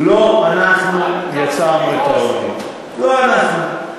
לא אנחנו יצרנו את העוני, לא אנחנו,